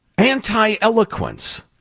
Anti-eloquence